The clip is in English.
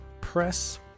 Press